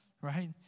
right